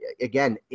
again